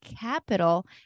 capital